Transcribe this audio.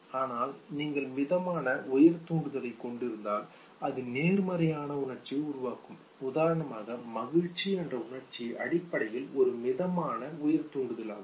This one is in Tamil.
ஆனால் நீங்கள் மிதமான உயர் தூண்டுதலைக் கொண்டிருந்தால் அது நேர்மறையான உணர்ச்சியை உருவாக்கும் உதாரணமாக மகிழ்ச்சி என்ற உணர்ச்சி அடிப்படையில் ஒரு மிதமான உயர் தூண்டுதலாகும்